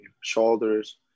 shoulders